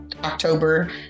October